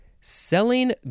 selling